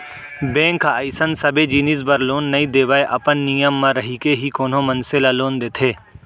bank ह अइसन सबे जिनिस बर लोन नइ देवय अपन नियम म रहिके ही कोनो मनसे ल लोन देथे